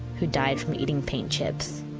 who died from eating paint chips.